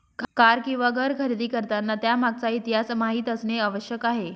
car किंवा घर खरेदी करताना त्यामागचा इतिहास माहित असणे आवश्यक आहे